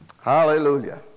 Hallelujah